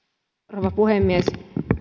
rouva puhemies